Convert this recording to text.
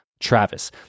Travis